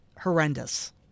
horrendous